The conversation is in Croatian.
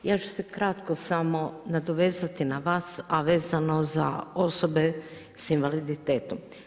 Ja ću se kratko samo nadovezati na vas a vezano za osobe sa invaliditetom.